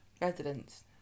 Residents